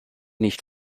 nicht